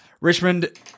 Richmond